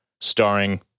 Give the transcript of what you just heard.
starring